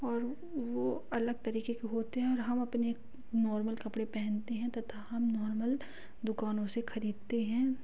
और वो अलग तरीक़े के होते हैं और हम अपने नॉर्मल कपड़े पहनते हैं तथा हम नॉर्मल दुकानों से ख़रीदते हैं